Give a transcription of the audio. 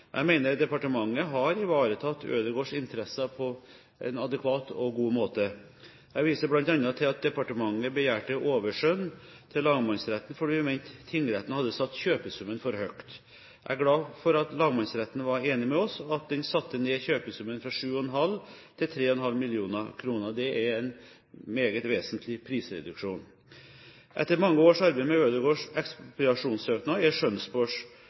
Jeg mener departementet har ivaretatt Ødegårds interesser på en adekvat og god måte. Jeg viser bl.a. til at departementet begjærte overskjønn til lagmannsretten fordi vi mente tingretten hadde satt kjøpesummen for høyt. Jeg er glad for at lagmannsretten var enig med oss, og at den satte ned kjøpesummen fra 7,5 mill. til 3,5 mill. kr. Det er en meget vesentlig prisreduksjon. Etter mange års arbeid med Ødegårds ekspropriasjonssøknad er